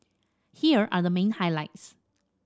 here are the main highlights